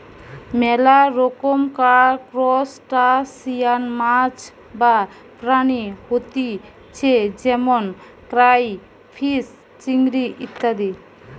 মেলা রকমকার ত্রুসটাসিয়ান মাছ বা প্রাণী হতিছে যেমন ক্রাইফিষ, চিংড়ি ইত্যাদি